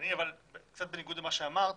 קצת בניגוד למה שאמרת,